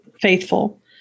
faithful